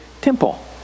temple